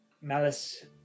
Malice